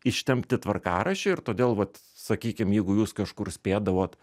ištempti tvarkaraščiai ir todėl vat sakykim jeigu jūs kažkur spėdavot